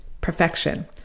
perfection